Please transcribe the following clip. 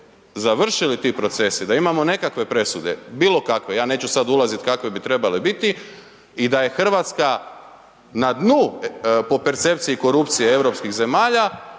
završili ti procesi, da imamo nekakve presude, bilo kakve, ja neću sada ulaziti kakve bi trebale biti i da je Hrvatska na dnu po percepciji korupcije europskih zemalja